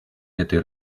этой